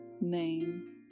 name